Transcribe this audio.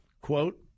quote